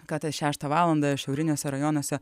kad šeštą valandą šiauriniuose rajonuose